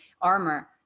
armor